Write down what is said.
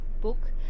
book